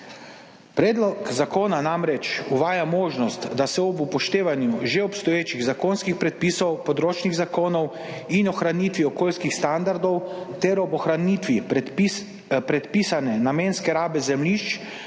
Predlog zakona namreč uvaja možnost, da se ob upoštevanju že obstoječih zakonskih predpisov, področnih zakonov in ohranitvi okoljskih standardov ter ob ohranitvi predpisane namenske rabe zemljišč